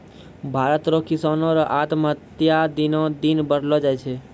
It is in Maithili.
भारत रो किसानो रो आत्महत्या दिनो दिन बढ़लो जाय छै